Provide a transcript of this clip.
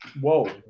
Whoa